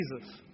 Jesus